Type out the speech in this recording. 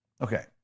Okay